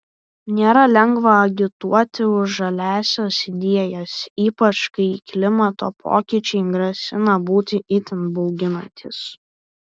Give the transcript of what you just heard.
nėra lengva agituoti už žaliąsias idėjas ypač kai klimato pokyčiai grasina būti itin bauginantys